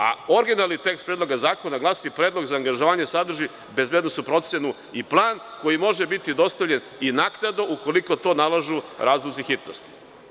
A originalni tekst Predloga zakona glasi – predlog za angažovanje sadrži bezbednosnu procenu i plan koji može biti dostavljen i naknadno, ukoliko to nalažu razlozi hitnosti.